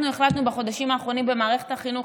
אנחנו החלטנו בחודשים האחרונים במערכת החינוך